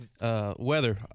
weather